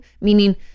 meaning